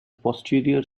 posterior